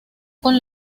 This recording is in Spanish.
con